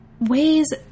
ways